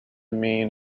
mean